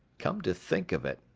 come to think of it,